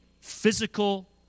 physical